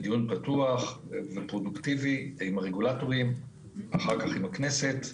מדיון פתוח ופרודוקטיבי עם הרגולטורים ואחר כך עם הכנסת,